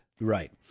Right